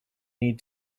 need